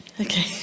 Okay